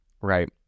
right